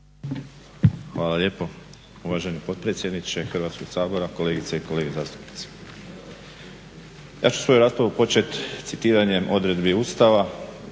Hvala lijepo uvaženi potpredsjedniče Hrvatskog sabora, kolegice i kolege zastupnici. Ja ću svoju raspravu početi citiranjem odredbi Ustava